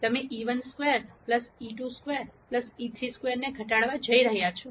તમે e12 e22 e32 ને ઘટાડવા જઈ રહ્યા છો